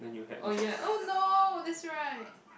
oh ya oh no that's right